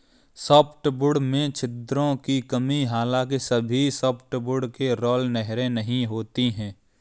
softwood में छिद्रों की कमी हालांकि सभी सॉफ्टवुड में राल नहरें नहीं होती है